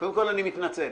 קודם כול, אני מתנצל.